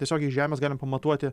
tiesiogiai iš žemės galim pamatuoti